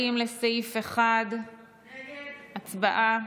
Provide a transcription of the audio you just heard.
40, לסעיף 1. הצבעה.